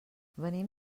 venim